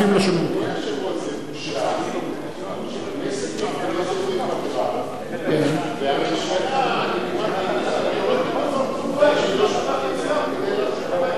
בושה שהכנסת מתכנסת בפגרה והממשלה יורקת בפרצופה והיא לא שולחת שר.